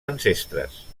ancestres